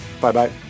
bye-bye